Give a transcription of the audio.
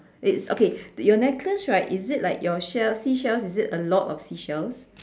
it's okay your necklace right is it like your shells seashells is it a lot of seashells